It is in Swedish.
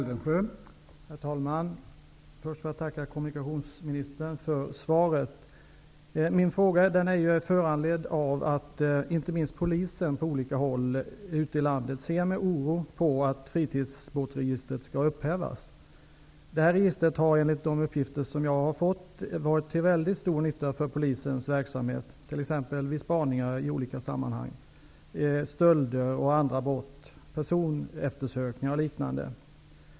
Herr talman! Jag vill först tacka kommunikationsministern för svaret. Min fråga är föranledd av att inte minst polisen på olika håll i landet ser med oro på att fritidsbåtsregistret skall upphöra. Detta register har enligt de uppgifter jag fått varit till mycket stor nytta för polisens verksamhet, t.ex. vid spaningar i olika sammanhang, stölder, personeftersökningar och liknande.